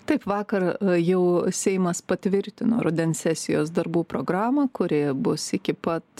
taip vakar jau seimas patvirtino rudens sesijos darbų programą kuri bus iki pat